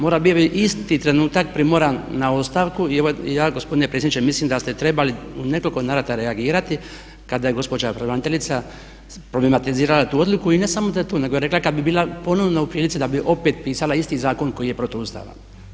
Mora biti isti trenutak primoran na ostavku i ja gospodine predsjedniče mislim da ste trebali u nekoliko navrata reagirati kada je gospođa pravobraniteljica problematizirala tu odluku i ne samo da je tu, nego je rekla kad bi bila ponovno u prilici da bi opet pisala isti zakon koji je protuustavan.